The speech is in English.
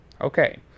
Okay